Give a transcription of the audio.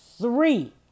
Three